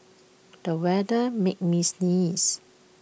the weather made me sneeze